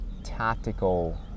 tactical